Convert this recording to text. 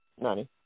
Nani